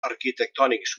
arquitectònics